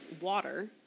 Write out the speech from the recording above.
water